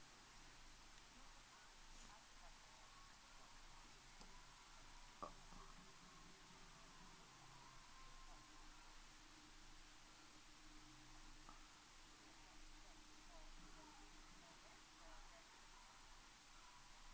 uh